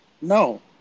No